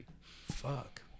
Fuck